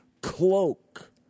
cloak